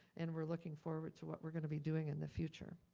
and we're looking forward to what we're gonna be doing in the future.